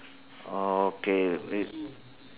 oh okay re~